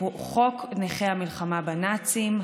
חוק נכי המלחמה בנאצים,